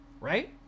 right